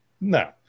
No